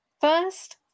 first